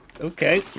Okay